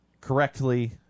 correctly